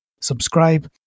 subscribe